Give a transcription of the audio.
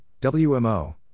WMO